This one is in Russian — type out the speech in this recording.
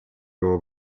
его